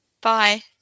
bye